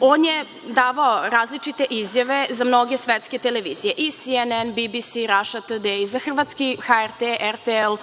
on je davao različite izjave za mnoge svetske televizije, i CNN, BBC, „Raša Tudej“, za hrvatski HRTL,